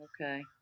okay